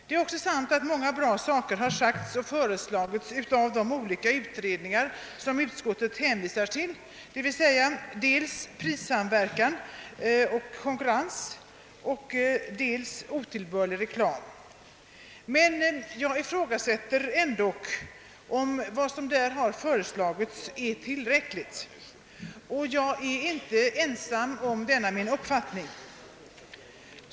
Det är också sant att många goda förslag framlagts genom de olika utredningar som utskottet hänvisar till, d.v.s. dels betänkandet »Prissamverkan och konkurrens», dels betänkandet »Otillbörlig konkurrens». Men jag ifrågasätter om vad som där har föreslagits är tillräckligt, och jag är inte ensam om denna uppfattning.